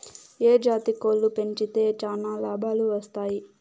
ఏ జాతి కోళ్లు పెంచితే చానా లాభాలు వస్తాయి?